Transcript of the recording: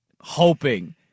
hoping